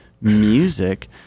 music